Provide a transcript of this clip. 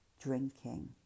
Drinking